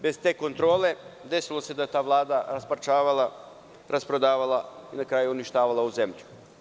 Bez te kontrole desilo se da je ta vlada rasparčavala, rasprodavala i na kraju uništavala ovu zemlju.